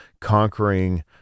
conquering